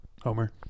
homer